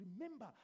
remember